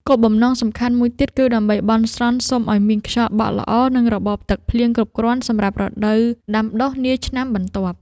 គោលបំណងសំខាន់មួយទៀតគឺដើម្បីបន់ស្រន់សុំឱ្យមានខ្យល់បក់ល្អ និងរបបទឹកភ្លៀងគ្រប់គ្រាន់សម្រាប់រដូវដាំដុះនាឆ្នាំបន្ទាប់។